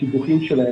הסיבוכים שלכם.